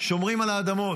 שומרים על האדמות.